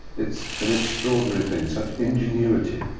it's an extraordinary thing, such ingenuity.